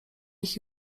ich